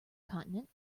continent